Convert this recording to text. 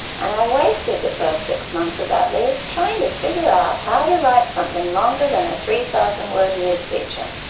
and i wasted the first six months of that leave trying to figure out how to write something longer than a three thousand word news feature.